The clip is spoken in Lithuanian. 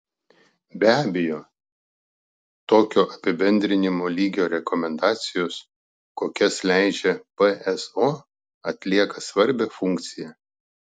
be abejo tokio apibendrinimo lygio rekomendacijos kokias leidžia pso atlieka svarbią funkciją